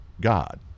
God